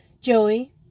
Joey